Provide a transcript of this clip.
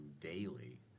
daily